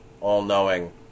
all-knowing